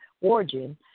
Origin